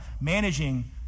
managing